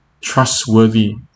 trustworthy